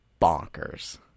bonkers